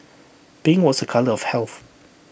pink was A colour of health